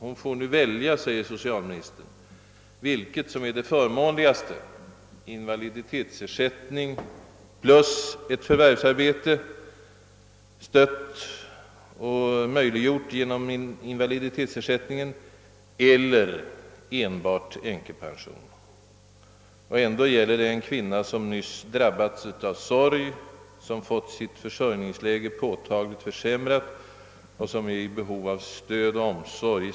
Hon får nu välja, säger socialministern, vilket som är det förmånligaste: invalidi tetsersättning plus ett förvärvsarbete, stött och möjliggjort genom invaliditetsersättningen, eller enbart änkepension. Det gäller ändå en kvinna som genom makens frånfälle nyss drabbats av sorg, som därigenom fått sitt försörjningsläge påtagligt försämrat och som är i behov av stöd och omsorg.